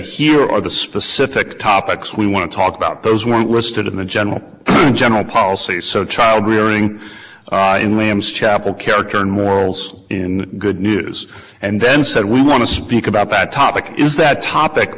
here are the specific topics we want to talk about those were interested in a general general policy so childrearing in lambs chapel character and morals in good news and then said we want to speak about that topic is that topic